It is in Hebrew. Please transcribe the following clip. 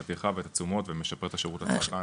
הטרחה ואת התשומות ומשפר את השירות לצרכן,